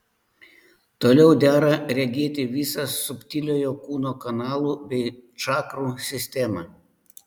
toliau dera regėti visą subtiliojo kūno kanalų bei čakrų sistemą